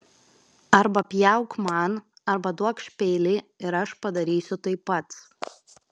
arba pjauk man arba duokš peilį ir aš padarysiu tai pats